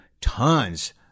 tons